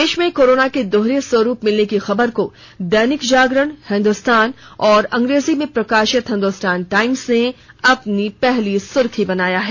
देश में कोरोना के दोहरे स्वरूप मिलने की खबर को दैनिक जागरण हिंदुस्तान और अंग्रेजी में प्रकाशित हिंदुस्तान टाइम्स ने अपनी पहली सुर्खी बनाया है